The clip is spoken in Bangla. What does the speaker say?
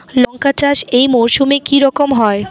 লঙ্কা চাষ এই মরসুমে কি রকম হয়?